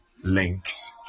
links